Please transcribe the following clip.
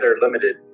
limited